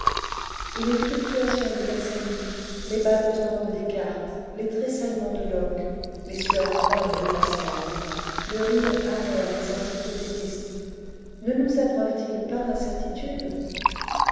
et les fluctuations de gassendi les ballottements de descartes les tressaillements de locke les sueurs froides de pascal le rire amer des encyclopédistes ne nous abreuvent ils pas d'incertitudes